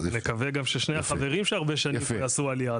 אני מקווה גם ששני החברים שהרבה שנים פה יעשו עליה.